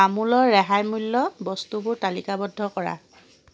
আমুলৰ ৰেহাই মূল্যৰ বস্তুবোৰ তালিকাবদ্ধ কৰা